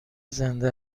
زنده